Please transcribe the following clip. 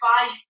five